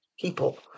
people